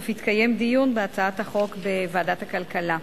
אף התקיים דיון בה בוועדת הכלכלה.